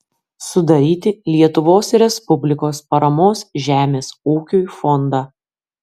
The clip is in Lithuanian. sudaryti lietuvos respublikos paramos žemės ūkiui fondą